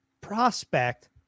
prospect